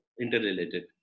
interrelated